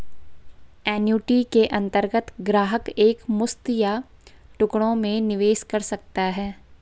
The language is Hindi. एन्युटी के अंतर्गत ग्राहक एक मुश्त या टुकड़ों में निवेश कर सकता है